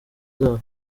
zabo